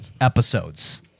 episodes